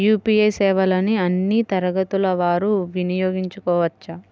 UPI సేవలని అన్నీ తరగతుల వారు వినయోగించుకోవచ్చా?